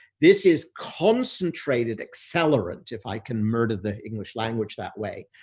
this is concentrated accelerant, if i can murder the english language that way.